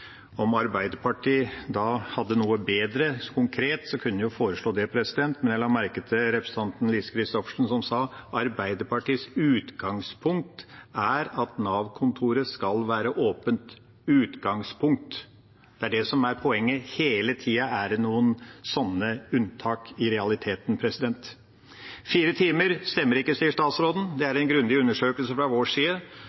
Om Arbeiderpartiet hadde noe bedre konkret, kunne de foreslå det, men jeg la merke til representanten Lise Christoffersen som sa at Arbeiderpartiets utgangspunkt er at Nav-kontoret skal være åpent – utgangspunkt. Det er det som er poenget. Hele tida er det noen sånne unntak i realiteten. Fire timer stemmer ikke, sier statsråden. Dette er en grundig undersøkelse fra vår side. Departementet vet ikke når kontorene er